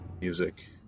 music